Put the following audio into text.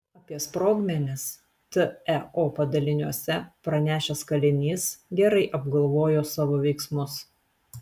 apie sprogmenis teo padaliniuose pranešęs kalinys gerai apgalvojo savo veiksmus